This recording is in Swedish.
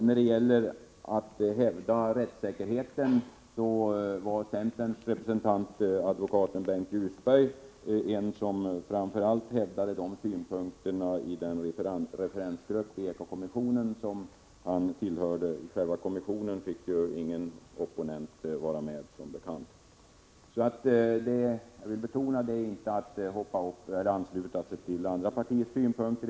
När det gäller rättssäkerheten hävdade centerns representant, advokaten Bengt Ljusberg, våra synpunkter i den referensgrupp till Eko-kommissionen som han tillhörde. Som bekant fick ju ingen från oppositionen vara med i själva kommissionen. Jag vill betona att det inte är fråga om att vi ansluter oss sig till andra partiers synpunkter.